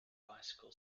bicycle